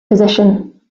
position